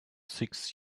six